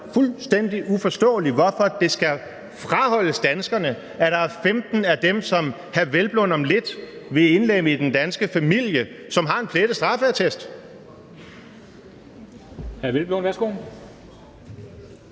fuldstændig uforståeligt, hvorfor det skal unddrages danskerne at vide, at der er 15 af dem, som hr. Hvelplund om lidt vil indlemme i den danske familie, som har en plettet straffeattest.